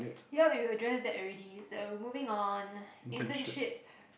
yup we address that already so moving on internship